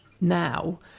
now